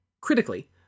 Critically